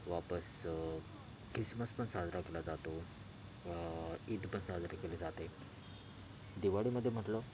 वापस किसमस पण साजरा केला जातो ईद पण साजरी केली जाते दिवाळीमध्ये म्हटलं